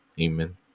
Amen